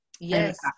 Yes